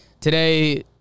Today